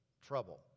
trouble